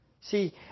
See